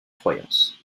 croyance